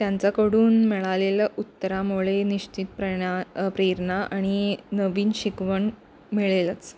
त्यांचाकडून मिळालेलं उत्तरामुळे निश्चित प्रणा प्रेरणा आणि नवीन शिकवण मिळेलच